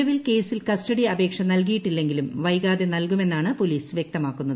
നിലവിൽ കേസിൽ കസ്റ്റഡി അപേക്ഷ നൽകിയിട്ടില്ലെങ്കിലും വൈകാതെ നൽകുമെന്നാണ് പോലീസ് വ്യക്തമാക്കുന്നത്